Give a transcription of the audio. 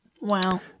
Wow